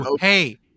hey